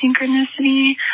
synchronicity